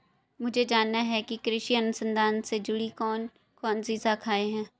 मुझे जानना है कि कृषि अनुसंधान से जुड़ी कौन कौन सी शाखाएं हैं?